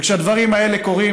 וכשהדברים האלה קורים,